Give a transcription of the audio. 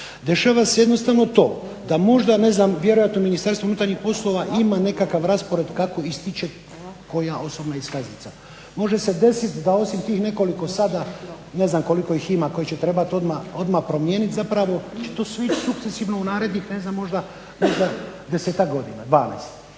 Dešava se jednostavno to da možda vjerojatno Ministarstvo unutarnjih poslova ima nekakav raspored kako ističe koja osobna iskaznica. Može se desit da osim tih nekoliko sada ne znam koliko ih ima koje će trebat odmah promijenit, zapravo će to ići sukcesivno u narednih možda 10-tak godina, 12.